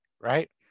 right